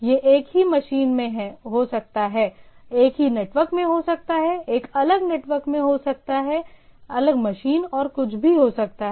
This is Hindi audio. यह एक ही मशीन में हो सकता है एक ही नेटवर्क में हो सकता है एक अलग नेटवर्क में हो सकता है अलग मशीन और कुछ भी हो सकता है